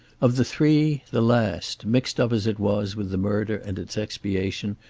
of the three, the last, mixed up as it was with the murder and its expiation,